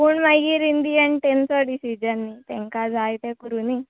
पूण मागीर in the end तेंचो डिसीजन न्ही तेंकां जाय तें करुनी